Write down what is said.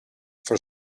for